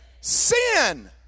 sin